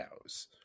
cows